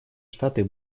штаты